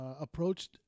approached